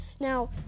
Now